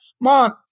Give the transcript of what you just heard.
mom